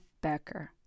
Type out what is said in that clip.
Becker